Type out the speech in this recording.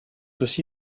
aussi